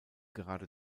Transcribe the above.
gerade